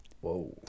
Whoa